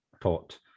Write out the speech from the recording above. taught